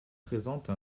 présente